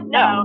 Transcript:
no